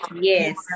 Yes